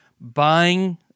buying